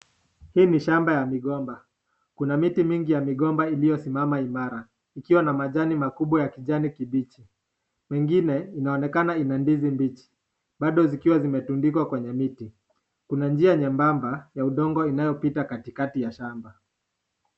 Hii ni shamba ya migomba. Kuna miti mingi ya migomba iliyosimama imara ikiwa na majani makubwa ya kijani kibichi. Mengine inayonekana ina ndizi mbichi, bado zikiwa zimetundikwa kwenye miti. Kuna njia nyembamba ya udongo inayopita katikati ya shamba.